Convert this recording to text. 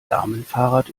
damenfahrrad